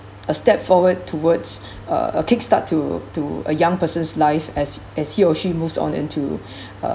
a step forward towards uh a kick start to to a young person's life as as he or she moves on into